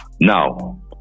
Now